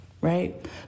right